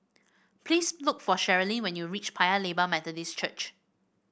please look for Cherilyn when you reach Paya Lebar Methodist Church